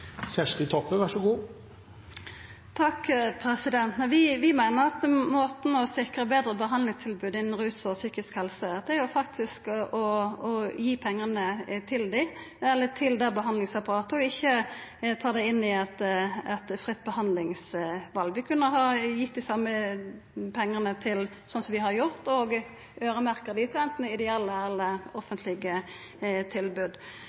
Vi meiner at måten å sikra betre behandlingstilbod på innan rus og psykisk helse faktisk er å gi pengane til behandlingsapparatet og ikkje ta det inn i eit fritt behandlingsval. Vi kunne ha gitt dei same pengane, slik som vi har gjort, og øyremerkt dei til anten ideelle eller offentlege tilbod.